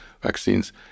vaccines